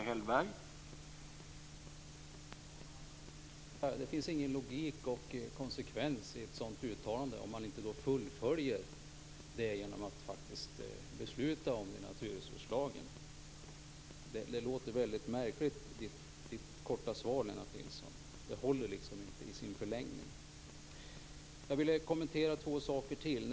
Herr talman! Det finns ingen logik och konsekvens i ett sådant uttalande om man inte fullföljer det genom beslut i naturresurslagen. Lennart Nilssons korta svar låter märkligt. Det håller inte i sin förlängning. Jag vill kommentera två saker till.